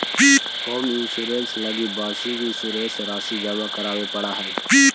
home insurance लगी वार्षिक insurance राशि जमा करावे पड़ऽ हइ